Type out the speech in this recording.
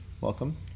Welcome